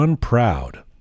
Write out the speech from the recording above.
Proud